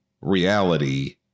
reality